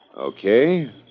Okay